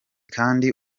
kandi